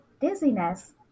dizziness